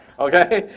ok.